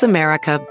America